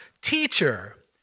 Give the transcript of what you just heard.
Teacher